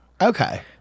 Okay